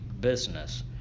business